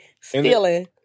Stealing